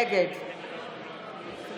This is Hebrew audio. נגד חוה